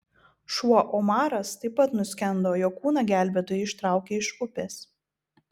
šuo omaras taip pat nuskendo jo kūną gelbėtojai ištraukė iš upės